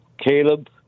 Caleb